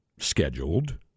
Scheduled